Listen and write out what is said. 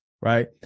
right